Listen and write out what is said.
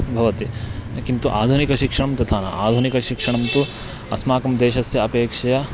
भवति किन्तु आधुनिकशिक्षणं तथा न आधुनिक शिक्षणं तु अस्माकं देशस्य अपेक्षया